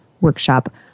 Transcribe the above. workshop